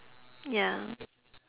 ya